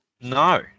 no